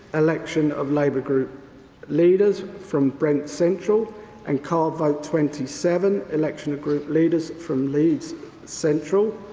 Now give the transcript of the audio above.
election of labour group leaders from brent central and card vote twenty seven, election of group leaders from leeds central.